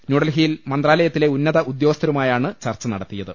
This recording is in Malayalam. ന്യൂഡൽഹിയിൽ മന്ത്രാലയത്തിലെ ഉന്നത് ഉദ്യോഗസ്ഥ രുമായാണ് ചർച്ച നടത്തിയത്